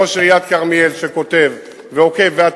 ראש עיריית כרמיאל שכותב ועוקב,